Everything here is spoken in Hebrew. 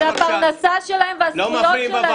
זו הפרנסה שלהם והזכויות שלהם.